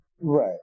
Right